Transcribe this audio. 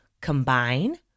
combine